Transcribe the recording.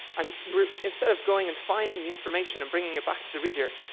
and you were, instead of going and finding the information and bringing it back to the reader,